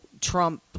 Trump